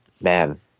man